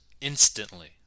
instantly